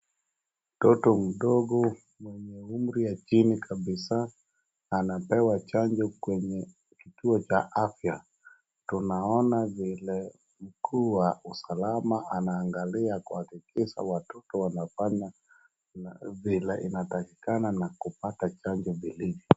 Mtoto mdogo mwenye umri ya chini kabisa anapewa chanjo kwenye kituo cha afya, tunaona vile mkuu wa usalama anaangalia kuhakikisha watoto wanapangwa vile inatakikana na kupata chanjo vilivyo.